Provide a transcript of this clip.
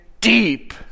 deep